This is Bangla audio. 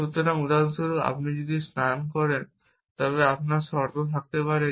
সুতরাং উদাহরণস্বরূপ আপনি যদি স্নান করেন তবে আপনার শর্ত থাকতে পারে